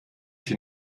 hier